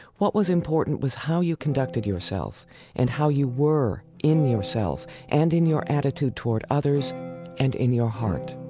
what was important was how you conducted yourself and how you were in yourself and in your attitude toward others and in your heart.